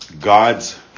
God's